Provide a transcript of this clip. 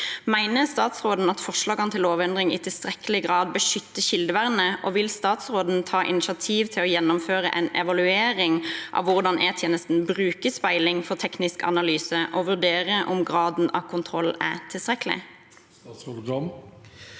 Mener statsråden at forslagene til lovendring i tilstrekkelig grad beskytter kildevernet, og vil statsråden ta initiativ til å gjennomføre en evaluering av hvordan E-tjenesten bruker speiling for teknisk analyse, og vurdere om graden av kontroll er tilstrekkelig? Statsråd Bjørn